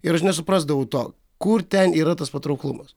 ir aš nesuprasdavau to kur ten yra tas patrauklumas